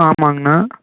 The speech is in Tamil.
ஆமாங்கண்ணா